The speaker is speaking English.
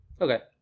Okay